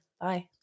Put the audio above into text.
bye